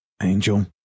Angel